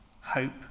hope